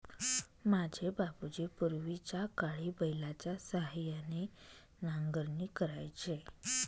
माझे बाबूजी पूर्वीच्याकाळी बैलाच्या सहाय्याने नांगरणी करायचे